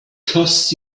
costs